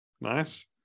Nice